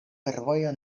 fervoja